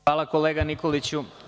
Hvala kolega Nikoliću.